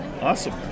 Awesome